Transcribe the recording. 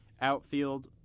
Outfield